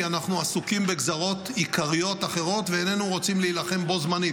כי אנחנו עסוקים בגזרות עיקריות אחרות ואיננו רוצים להילחם בו-זמנית.